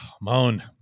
Moan